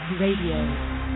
Radio